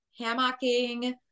hammocking